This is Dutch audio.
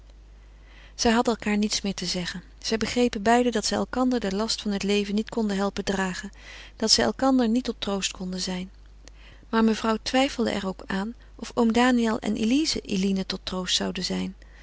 zij hadden elkaâr niets meer te zeggen zij begrepen beiden dat zij elkander den last van het leven niet konden helpen dragen dat zij elkander niet tot troost konden zijn maar mevrouw twijfelde er ook aan of oom daniël en elize eline tot troost zouden zijn